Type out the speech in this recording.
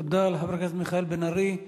תודה לחבר הכנסת מיכאל בן-ארי.